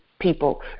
People